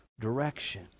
direction